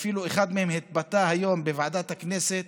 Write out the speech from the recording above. אפילו אחד מהם התבטא היום בוועדת הכנסת